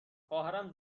خواهرم